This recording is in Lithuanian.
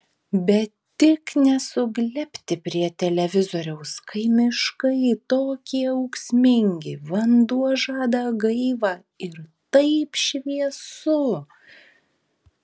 bet tik ne suglebti prie televizoriaus kai miškai tokie ūksmingi vanduo žada gaivą ir taip šviesu